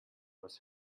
was